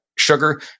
sugar